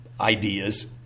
ideas